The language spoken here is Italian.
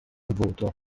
voto